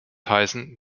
heißen